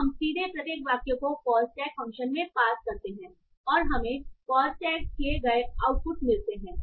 तो हम सीधे प्रत्येक वाक्य को पॉज़ टैग फ़ंक्शन में पास करते हैं और हमें पॉज़ टैग किए गए आउटपुट मिलते हैं